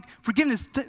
forgiveness